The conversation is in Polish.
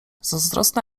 zazdrosna